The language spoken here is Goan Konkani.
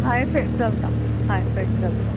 हाय फॅट चलता हाय फॅट चलता